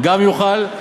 גם יוכל.